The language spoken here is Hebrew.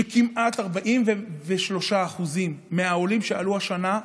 כמעט 43% מהעולים שעלו השנה,